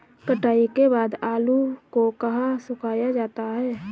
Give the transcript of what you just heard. कटाई के बाद आलू को कहाँ सुखाया जाता है?